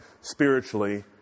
spiritually